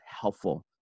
helpful